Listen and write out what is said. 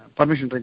Permission